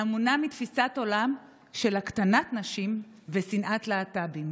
המונע מתפיסת עולם של הקטנת נשים ושנאת להט"בים,